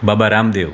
Baba Ramdev